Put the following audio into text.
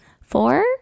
four